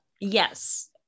Yes